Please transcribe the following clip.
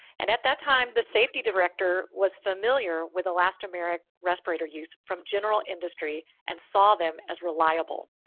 and at that time, the safety director was familiar with elastomeric respirator use from general industry and saw them as reliable.